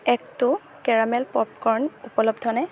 এক্টো caramel popcorn উপলব্ধনে